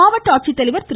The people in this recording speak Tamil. மாவட்டஆட்சித்தலைவர் திரு